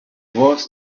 was